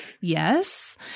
yes